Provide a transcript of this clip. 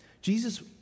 Jesus